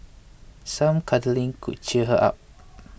some cuddling could cheer her up